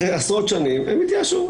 הם התייאשו.